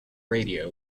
radio